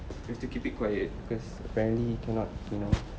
you have to keep it quiet because apparently cannot you know